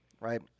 right